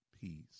peace